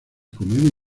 comedia